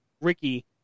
Ricky